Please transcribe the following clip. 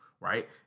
right